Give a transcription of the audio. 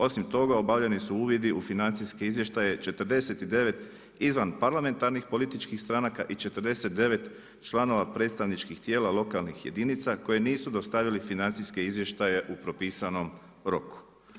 Osim toga obavljeni su uvidi u financijske izvještaje, 49 izvan parlamentarnih političkih stranaka i 49 članova predstavničkih tijela lokalnih jedinica koja nisu dostavili financijske izvještaje u propisanom roku.